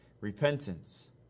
repentance